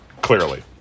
clearly